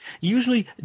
usually